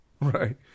Right